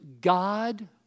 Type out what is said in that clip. God